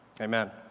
Amen